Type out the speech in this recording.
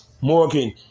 Morgan